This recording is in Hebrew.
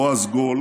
בועז גול